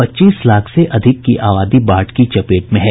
पच्चीस लाख से अधिक की आबादी बाढ़ की चपेट में है